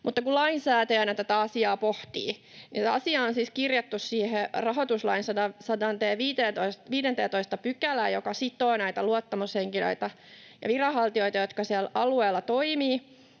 kun lainsäätäjänä tätä asiaa pohtii, niin se asia on siis kirjattu siihen rahoituslain 115 §:ään, joka sitoo luottamushenkilöitä ja viranhaltijoita, jotka siellä alueella toimivat,